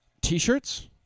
t-shirts